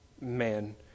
man